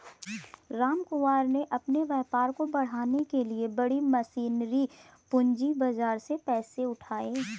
रामकुमार ने अपने व्यापार को बढ़ाने के लिए बड़ी मशीनरी पूंजी बाजार से पैसे उठाए